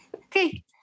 Okay